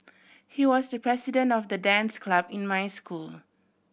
he was the president of the dance club in my school